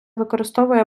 використовує